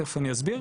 תיכף אני אסביר,